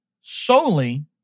solely